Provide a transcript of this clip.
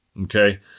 okay